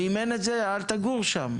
ואם אין את זה, אל תגור שם.